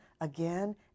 again